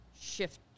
shift